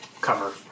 cover